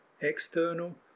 external